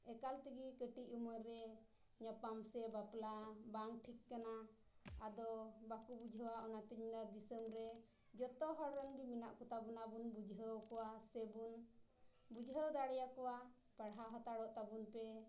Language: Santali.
ᱮᱠᱟᱞ ᱛᱮᱜᱮ ᱠᱟᱹᱴᱤᱡ ᱩᱢᱟᱹᱨ ᱨᱮ ᱧᱟᱯᱟᱢ ᱥᱮ ᱵᱟᱯᱞᱟ ᱵᱟᱝ ᱴᱷᱤᱠ ᱠᱟᱱᱟ ᱟᱫᱚ ᱵᱟᱠᱚ ᱵᱩᱡᱷᱟᱹᱣᱟ ᱚᱱᱟᱛᱤᱧ ᱢᱮᱱᱟ ᱫᱤᱥᱚᱢ ᱨᱮ ᱡᱚᱛᱚ ᱦᱚᱲ ᱨᱮᱱ ᱜᱮ ᱢᱮᱱᱟᱜ ᱠᱚᱛᱟᱵᱚᱱᱟ ᱟᱵᱚ ᱵᱚᱱ ᱵᱩᱡᱷᱟᱹᱣ ᱠᱚᱣᱟ ᱥᱮᱵᱚᱱ ᱵᱩᱡᱷᱟᱹᱣ ᱫᱟᱲᱮᱭᱟᱠᱚᱣᱟ ᱯᱟᱲᱦᱟᱣ ᱦᱟᱛᱟᱲᱚᱜ ᱛᱟᱵᱚᱱ ᱯᱮ